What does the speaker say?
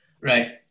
Right